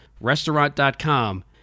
Restaurant.com